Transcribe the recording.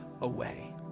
away